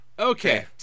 Okay